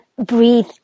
breathe